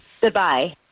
Goodbye